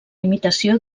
imitació